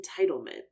entitlement